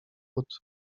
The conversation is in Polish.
wód